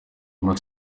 wema